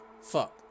fuck